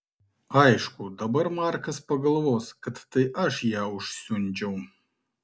aišku dabar markas pagalvos kad tai aš ją užsiundžiau